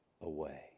away